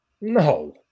No